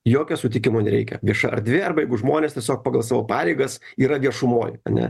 jokio sutikimo nereikia vieša erdvė arba jeigu žmonės tiesiog pagal savo pareigas yra viešumoj ane